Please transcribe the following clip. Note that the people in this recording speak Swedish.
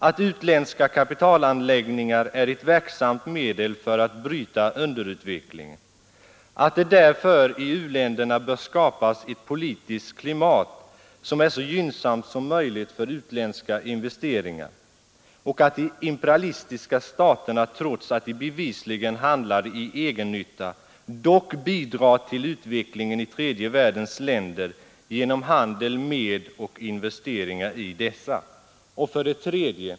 Att utländska kapitalanläggningar är ett verksamt medel för att bryta underutvecklingen och att det därför i u-länderna bör skapas ett politiskt klimat som är så gynnsamt som möjligt för utländska investeringar samt att de imperialistiska staterna trots att de bevisligen handlar i egennytta dock bidrar till utvecklingen i tredje världens länder genom handel med och investeringar i dessa. 3.